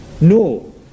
No